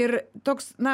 ir toks na